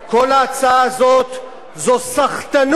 כל ההצעה הזאת זאת סחטנות.